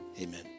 amen